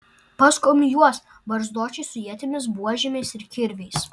paskum juos barzdočiai su ietimis buožėmis ir kirviais